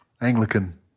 Anglican